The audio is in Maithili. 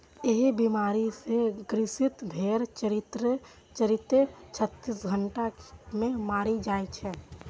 एहि बीमारी सं ग्रसित भेड़ चरिते चरिते छत्तीस घंटा मे मरि जाइ छै